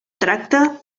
tracta